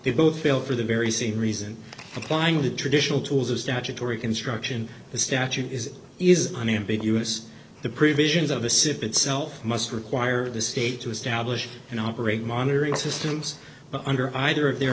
they both feel for the very same reason applying the traditional tools of statutory construction the statute is unambiguous the previsions of osip itself must require the state to establish and operate monitoring systems but under either of their